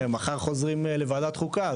מחר חוזרים לוועדת חוקה,